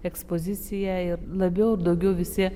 ekspoziciją ir labiau daugiau visi